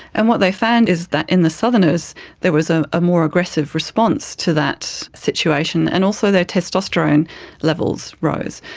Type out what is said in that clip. and what they found is that in the southerners there was a ah more aggressive response to that situation, and also their testosterone levels rose.